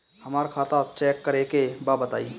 हमरा खाता चेक करे के बा बताई?